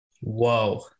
Whoa